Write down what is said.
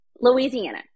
Louisiana